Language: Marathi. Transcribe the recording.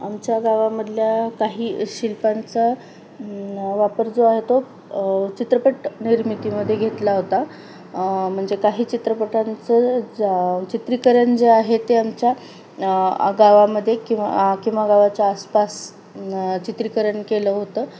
आमच्या गावामधल्या काही शिल्पांचा वापर जो आहे तो चित्रपट निर्मितीमध्ये घेतला होता म्हणजे काही चित्रपटांचं ज चित्रीकरण जे आहे ते आमच्या गावामध्ये किंवा किंवा गावाच्या आसपास चित्रीकरण केलं होतं